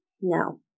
No